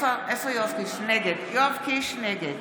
נגד